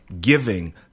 giving